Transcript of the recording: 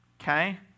Okay